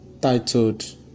titled